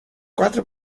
quatro